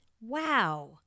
Wow